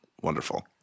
Wonderful